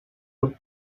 out